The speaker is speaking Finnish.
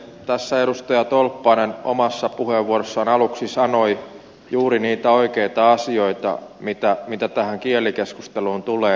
edustaja tolppanen omassa puheenvuorossaan aluksi sanoi juuri niitä oikeita asioita mitä tähän kielikeskusteluun tulee